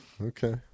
Okay